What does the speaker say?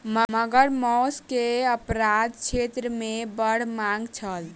मगर मौस के अपराध क्षेत्र मे बड़ मांग छल